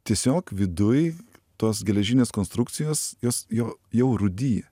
tiesiog viduj tos geležinės konstrukcijos jos jo jau rūdija